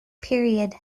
period